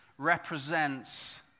represents